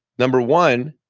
number one,